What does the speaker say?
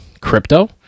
crypto